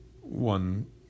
one